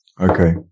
Okay